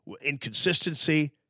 inconsistency